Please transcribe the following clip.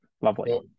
Lovely